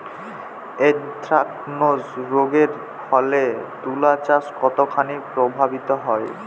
Anthracnose রোগ এর ফলে তুলাচাষ কতখানি প্রভাবিত হয়?